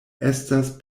estas